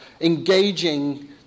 engaging